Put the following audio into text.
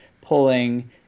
pulling